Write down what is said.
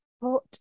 put